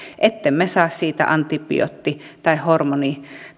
ettemme saa niistä antibiootti tai hormoni